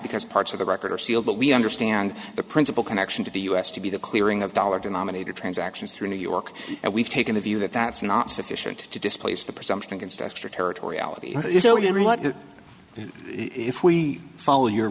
because parts of the record are sealed but we understand the principle connection to the u s to be the clearing of dollar denominated transactions through new york and we've taken the view that that's not sufficient to displace the presumption against extraterritoriality if we follow your